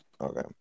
Okay